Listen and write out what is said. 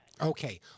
Okay